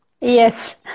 Yes